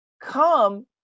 come